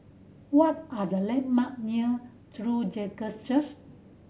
what are the landmark near True Jesus Church